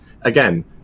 Again